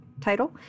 title